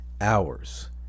hours